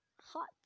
hot